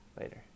Later